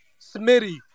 Smitty